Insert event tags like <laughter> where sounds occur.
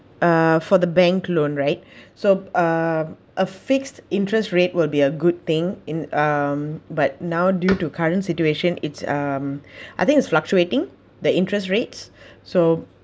uh for the bank loan right <breath> so uh a fixed interest rate will be a good thing in um but now due to current situation it's um <breath> I think it's fluctuating the interest rates <breath> so